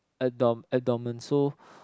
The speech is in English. abdomen abdomen so